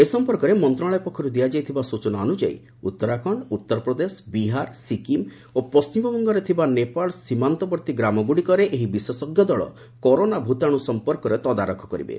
ଏ ସଂପର୍କରେ ମନ୍ତ୍ରଣାଳୟ ପକ୍ଷରୁ ଦିଆଯାଇଥିବା ସୂଚନା ଅନୁଯାୟୀ ଉତ୍ତରାଖଣ ଉତ୍ତରପ୍ରଦେଶ ବିହାର ସିକିମ ଓ ପଶ୍ଚିମବଙ୍ଗରେ ଥିବା ନେପାଳ ସୀମାନ୍ତବର୍ତ୍ତୀ ଗ୍ରାମଗୁଡ଼ିକରେ ଏହି ବିଶେଷଜ୍ଞ ଦଳ କରୋନା ଭତାଣୁ ସଂପର୍କରେ ତଦାରଖ କରିବେ